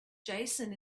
jason